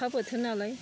अखा बोथोर नालाय